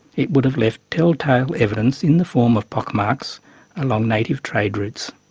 it would have left tell-tale evidence in the form of pock marks along native trade routes.